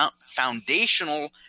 foundational